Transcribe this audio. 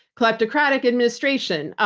kleptocratic administration.